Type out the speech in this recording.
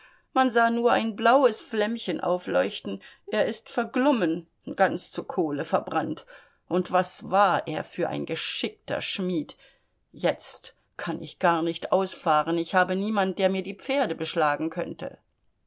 man sah nur ein blaues flämmchen aufleuchten er ist verglommen ganz zu kohle verbrannt und was war er für ein geschickter schmied jetzt kann ich gar nicht ausfahren ich habe niemand der mir die pferde beschlagen könnte